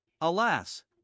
Alas